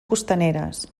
costaneres